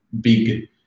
big